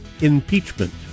impeachment